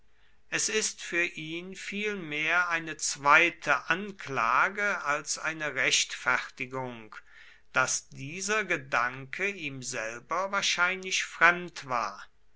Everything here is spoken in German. es ist für ihn viel mehr eine zweite anklage als eine rechtfertigung daß dieser gedanke ihm selber wahrscheinlich fremd war